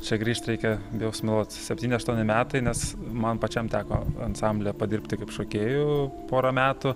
čia grįžt reikia bijau sumeluot septyni aštuoni metai nes man pačiam teko ansamblyje padirbti kaip šokėju pora metų